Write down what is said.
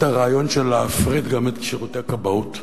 הרעיון של להפריט גם את שירותי הכבאות,